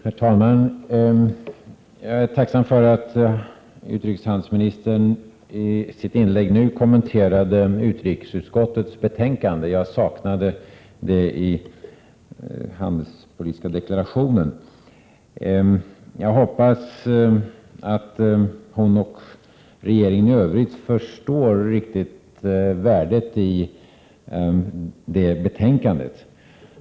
Herr talman! Jag är tacksam för att utrikeshandelsministern i sitt inlägg nu kommenterade utrikesutskottets betänkande. Jag saknade det i den handelspolitiska deklarationen. Jag hoppas att hon och regeringen i övrigt riktigt förstår värdet av det betänkandet.